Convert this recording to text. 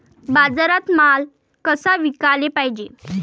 बाजारात माल कसा विकाले पायजे?